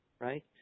right